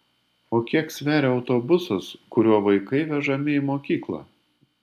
o kiek sveria autobusas kuriuo vaikai vežami į mokyklą